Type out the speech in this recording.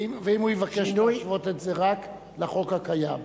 ואם הוא יבקש להשוות את זה רק לחוק הקיים,